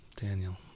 Daniel